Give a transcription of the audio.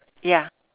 ya